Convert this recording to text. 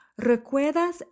Recuerdas